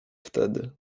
wtedy